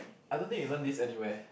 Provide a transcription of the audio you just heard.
I don't think you learn this anyway